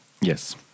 Yes